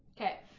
okay